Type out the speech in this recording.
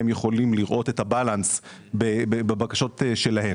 והם יכולים לראות את ה-Balance בבקשות שלהם.